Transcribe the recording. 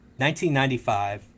1995